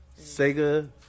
Sega